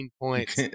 points